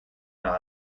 par